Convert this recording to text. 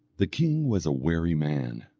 the king was a wary man,